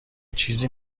چیزی